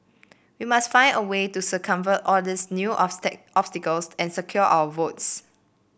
we must find a way to circumvent all these new obstacles and secure our votes